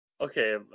Okay